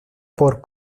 por